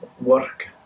work